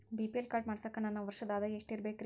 BPL card ಮಾಡ್ಸಾಕ ನನ್ನ ವರ್ಷದ್ ಆದಾಯ ಎಷ್ಟ ಇರಬೇಕ್ರಿ?